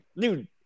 dude